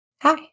Hi